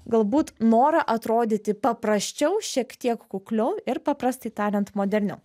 galbūt norą atrodyti paprasčiau šiek tiek kukliau ir paprastai tariant moderniau